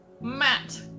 Matt